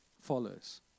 follows